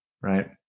right